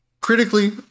critically